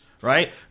right